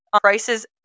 prices